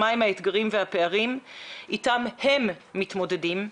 מה הם האתגרים והפערים אתם הם מתמודדים.